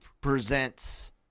presents